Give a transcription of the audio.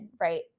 right